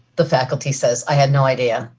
the faculty says i had no idea.